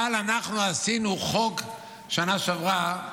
אבל אנחנו עשינו חוק בשנה שעברה,